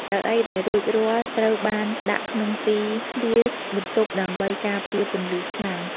កៅអីដែលរួចរាល់ត្រូវបានដាក់ក្នុងទីធ្លាបន្ទប់ដើម្បីការពារពន្លឺខ្លាំង។